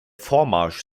vormarsch